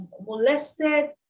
Molested